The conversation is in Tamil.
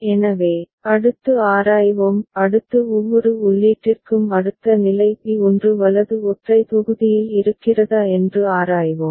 எனவே அடுத்து ஆராய்வோம் அடுத்து ஒவ்வொரு உள்ளீட்டிற்கும் அடுத்த நிலை பி 1 வலது ஒற்றை தொகுதியில் இருக்கிறதா என்று ஆராய்வோம்